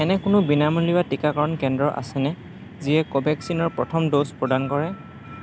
এনে কোনো বিনামূলীয়া টীকাকৰণ কেন্দ্ৰ আছেনে যিয়ে কোভেক্সিনিৰ প্ৰথম ড'জ প্ৰদান কৰে